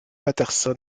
patterson